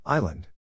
Island